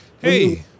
hey